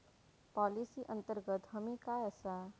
Policy अंतर्गत हमी काय आसा?